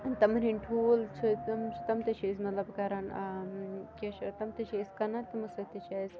تمَن ہِنٛدۍ ٹھوٗل چھِ أسۍ تِم تہٕ چھِ أسۍ مَطلَب کَران کیاہ چھِ اتھ تم تہٕ چھِ أسۍ کٕنان تمہ سۭتۍ تہِ چھِ اَسہِ